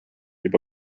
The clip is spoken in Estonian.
juba